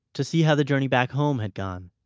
to see how the journey back home had gone.